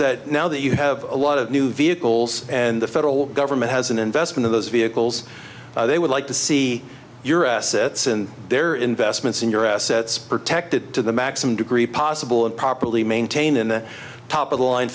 that now that you have a lot of new vehicles and the federal government has an investment of those vehicles they would like to see your assets and their investments in your assets protected to the maximum degree possible and properly maintained in the top of the line